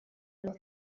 los